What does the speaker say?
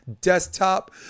desktop